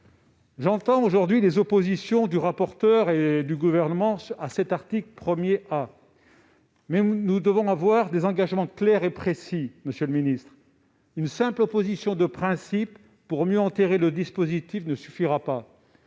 J'entends aujourd'hui l'opposition du rapporteur général et du Gouvernement à cet article 1 A, mais nous devons avoir des engagements clairs et précis : une simple opposition de principe pour mieux enterrer le dispositif ne suffira pas.